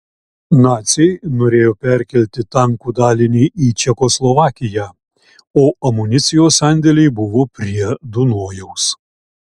naciai norėjo perkelti tankų dalinį į čekoslovakiją o amunicijos sandėliai buvo prie dunojaus